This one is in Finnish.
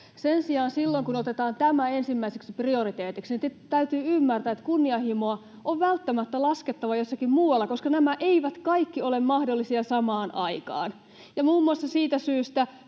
Sen sijaan silloin, kun otetaan tämä ensimmäiseksi prioriteetiksi, täytyy ymmärtää, että kunnianhimoa on välttämättä laskettava jossakin muualla, koska nämä eivät kaikki ole mahdollisia samaan aikaan. Muun muassa siitä syystä